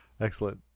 Excellent